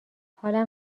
حالم